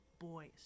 boys